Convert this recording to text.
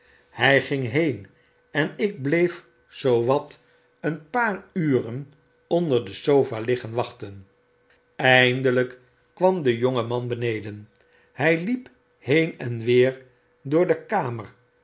hij ging heen en ik bleef zoowat een paar uren onder de sofa liggen wachten eindelyk kwam de jonge man beneden hy liep heen en weer door de kamer